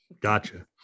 Gotcha